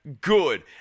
good